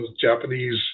Japanese